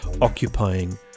occupying